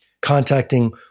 contacting